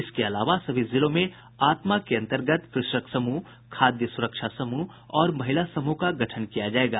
इसके अलावा सभी जिलों में आत्मा के अन्तर्गत कृषक समूह खाद्य सुरक्षा समूह और महिला समूह का गठन किया जायेगा